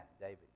David